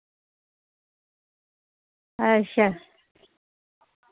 अच्छा